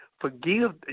forgive